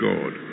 God